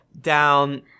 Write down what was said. down